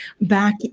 back